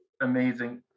Amazing